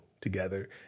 together